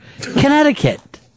Connecticut